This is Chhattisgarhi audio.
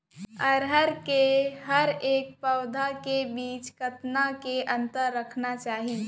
अरहर के हरेक पौधा के बीच कतना के अंतर रखना चाही?